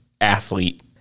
athlete